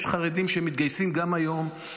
יש חרדים שמתגייסים גם היום,